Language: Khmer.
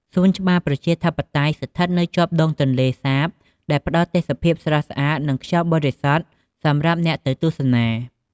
សួនច្បារប្រជាធិបតេយ្យ ស្ថិតនៅជាប់ដងទន្លេសាប ដែលផ្តល់ទេសភាពស្រស់ស្អាត និងខ្យល់បរិសុទ្ធសម្រាប់អ្នកទៅទស្សនា។